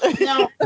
No